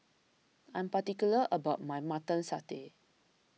I am particular about my Mutton Satay